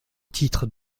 titre